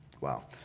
wow